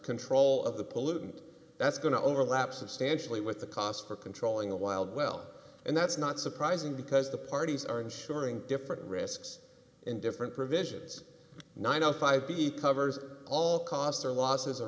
control of the pollutant that's going to overlap substantially with the cost for controlling the wild well and that's not surprising because the parties are insuring different risks in different provisions nine dollars o five b covers all costs or losses ar